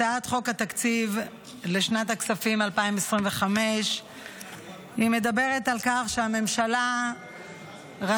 הצעת חוק התקציב לשנת הכספים 2025 מדברת על כך שהממשלה רשאית